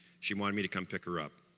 she wanted me to come pick her up.